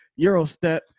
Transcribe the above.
Eurostep